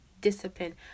discipline